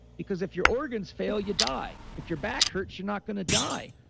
because if your organs fail, you die. if your back hurts, you're not going to die.